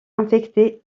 infecté